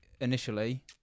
initially